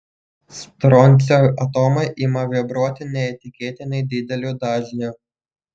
stroncio atomai ima vibruoti neįtikėtinai dideliu dažniu